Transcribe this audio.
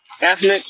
ethnic